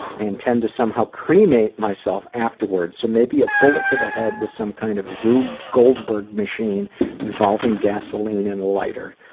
i intend to somehow cremate myself afterwards, so maybe a bullet to the head with some kind of rub goldberg machine involving gasoline and a lighter.